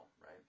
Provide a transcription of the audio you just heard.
right